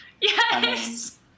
Yes